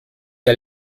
der